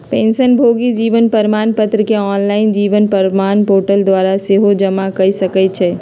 पेंशनभोगी जीवन प्रमाण पत्र के ऑनलाइन जीवन प्रमाण पोर्टल द्वारा सेहो जमा कऽ सकै छइ